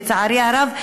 לצערי הרב,